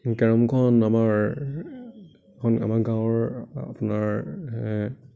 কেৰমখন আমাৰ আমাৰ গাঁৱৰ আপোনাৰ